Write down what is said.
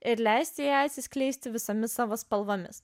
ir leisti jai atsiskleisti visomis savo spalvomis